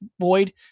void